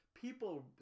people